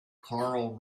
carl